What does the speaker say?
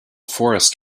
forest